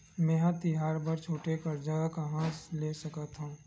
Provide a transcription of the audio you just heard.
मेंहा तिहार बर छोटे कर्जा कहाँ ले सकथव?